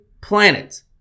planet